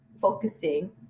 focusing